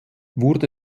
wurde